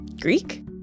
Greek